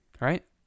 right